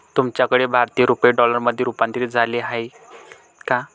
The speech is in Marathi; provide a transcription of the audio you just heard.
तुमच्याकडे भारतीय रुपये डॉलरमध्ये रूपांतरित झाले आहेत का?